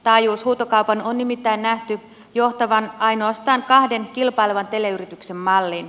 taajuushuutokaupan on nimittäin nähty johtavan ainoastaan kahden kilpailevan teleyrityksen malliin